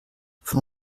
von